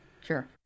sure